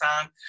time